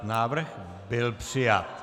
Návrh byl přijat.